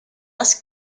das